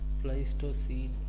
Pleistocene